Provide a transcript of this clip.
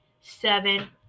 seven